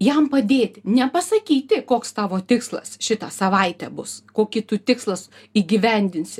jam padėti nepasakyti koks tavo tikslas šitą savaitę bus kokį tu tikslas įgyvendinsi